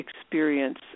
experience